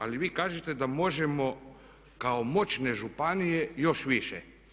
Ali vi kažete da možemo kao moćne županije još više.